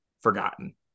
forgotten